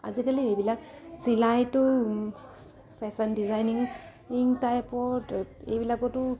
আজিকালি এইবিলাক চিলাইটো ফেশ্বন ডিজাইনিং ইং টাইপত এইবিলাকতো